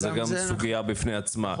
אז זו גם סוגיה בפני עצמה.